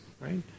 right